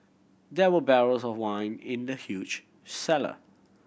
there were barrels of wine in the huge cellar